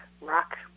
rock